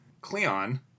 Cleon